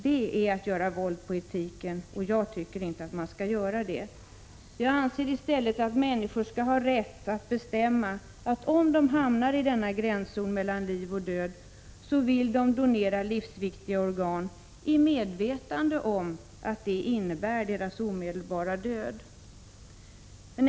Detta är att göra våld på etiken, och det tycker jag inte att man skall göra. Jag anser i stället att människor skall ha rätt att bestämma att om de hamnar i denna gränszon mellan liv och död, så vill de donera livsviktiga organ i medvetande om att det innebär deras omedelbara död.